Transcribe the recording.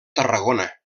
tarragona